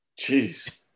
Jeez